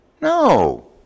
No